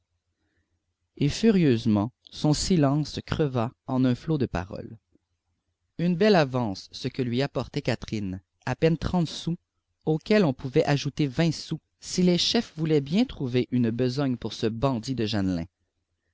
et furieusement son long silence creva en un flot de paroles une belle avance ce que lui apporterait catherine à peine trente sous auxquels on pouvait ajouter vingt sous si les chefs voulaient bien trouver une besogne pour ce bandit de jeanlin